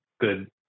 good